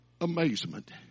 amazement